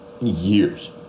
years